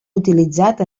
utilitzat